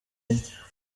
enye